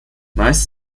meist